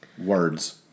words